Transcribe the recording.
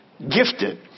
Gifted